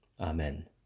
amen